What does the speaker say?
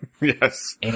Yes